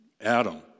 Adam